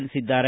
ತಿಳಿಸಿದ್ದಾರೆ